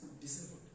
disabled